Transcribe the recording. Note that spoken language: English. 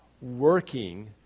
working